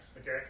okay